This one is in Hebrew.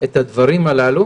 את הדברים הללו,